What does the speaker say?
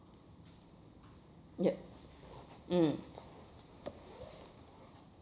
yup mm